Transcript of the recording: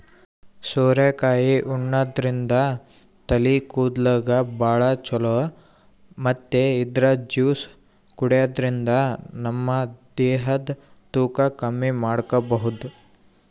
ಸೋರೆಕಾಯಿ ಉಣಾದ್ರಿನ್ದ ತಲಿ ಕೂದಲ್ಗ್ ಭಾಳ್ ಛಲೋ ಮತ್ತ್ ಇದ್ರ್ ಜ್ಯೂಸ್ ಕುಡ್ಯಾದ್ರಿನ್ದ ನಮ ದೇಹದ್ ತೂಕ ಕಮ್ಮಿ ಮಾಡ್ಕೊಬಹುದ್